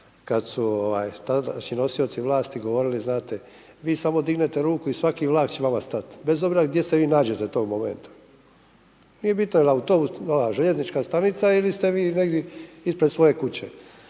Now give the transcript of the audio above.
tadašnji nosioci vlasti govorili – znate vi samo dignete ruku i svaki vlak će vama stat, bez obzira gdje se vi nađete toga momenta. Nije bitno je li željeznička stanica ili ste vi negdje ispred svoje kuće.